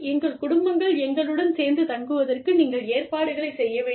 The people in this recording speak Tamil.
எங்கள் குடும்பங்கள் எங்களுடன் சேர்ந்து தங்குவதற்கு நீங்கள் ஏற்பாடுகளைச் செய்ய வேண்டும்